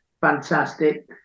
fantastic